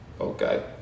Okay